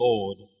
Lord